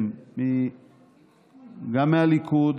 גם מהליכוד,